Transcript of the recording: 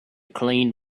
cleaned